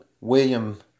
William